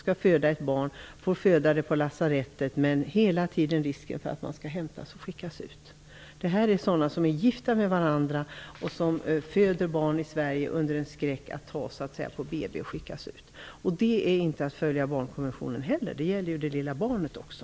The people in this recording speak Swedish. Kvinnan får föda barnet på lasarettet, men hela tiden finns risken för att hon skall hämtas och skickas ut. Det här gäller sådana som är gifta med varandra och vars barn föds i Sverige under en skräck att mamman tas på BB och skickas ut. Det är inte att följa barnkonventionen heller. Det gäller ju det lilla barnet också.